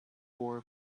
four